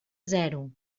zero